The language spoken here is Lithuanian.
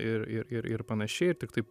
ir ir ir ir panašiai ir tiktai